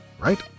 Right